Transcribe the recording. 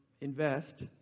invest